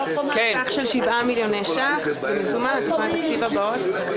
בסך של 7 מיליוני ש"ח במזומן לתוכניות התקציב כפי שמפורט בהודעה.